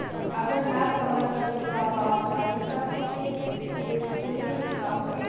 अगर ना समय पर चुका पावत बानी तब के केसमे का होई?